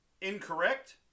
incorrect